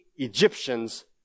Egyptians